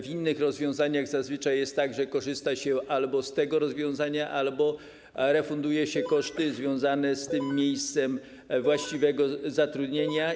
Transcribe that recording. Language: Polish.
W innych rozwiązaniach zazwyczaj jest tak, że korzysta się albo z tego rozwiązania, albo refunduje się koszty związane z miejscem właściwego zatrudnienia.